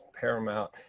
paramount